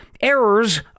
errors